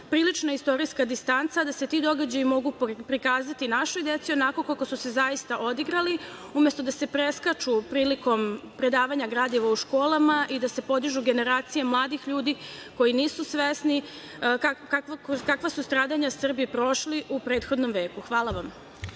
prilična istorijska distanca da se ti događaji mogu prikazati našoj deci onako kako su se zaista odigrali, umesto da se preskaču prilikom predavanja gradiva u školama i da se podižu generacije mladih ljudi koji nisu svesni kroz kakva su stradanja Srbi prošli u prethodnom veku. Hvala vam.